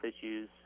issues